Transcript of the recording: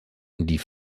die